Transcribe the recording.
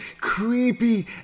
creepy